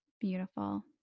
Beautiful